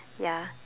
ya